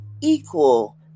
equal